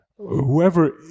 Whoever